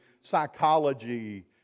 psychology